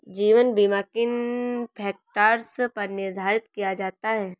जीवन बीमा किन फ़ैक्टर्स पर निर्धारित किया जा सकता है?